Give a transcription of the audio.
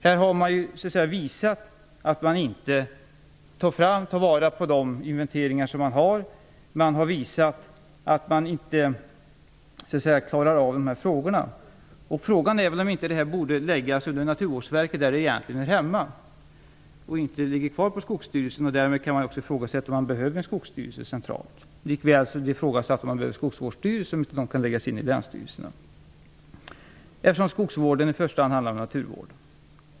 Här har man visat att man inte tar vara på de inventeringar som har gjorts och att man inte klarar av dessa frågor. Frågan är väl om inte det här borde läggas under Naturvårdsverket där det egentligen hör hemma i stället för att ligga kvar på Skogsstyrelsen. Därmed kan man också ifrågasätta om det behövs en skogsstyrelse centralt. Likväl kan man ifrågasätta om Skogsvårdsstyrelserna behövs, om de inte kan läggas in i länsstyrelserna, eftersom skogsvården i första hand handlar om naturvård.